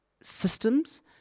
systems